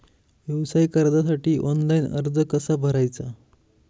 व्यवसाय कर्जासाठी ऑनलाइन अर्ज कसा भरायचा?